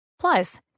Plus